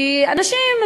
כי אנשים,